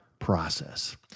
process